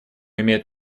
имеет